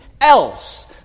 else